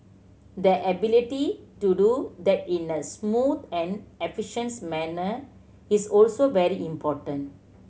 the ability to do that in a smooth and efficient manner is also very important